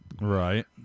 right